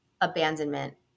abandonment